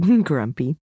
Grumpy